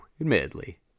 admittedly